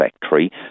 factory